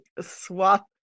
swap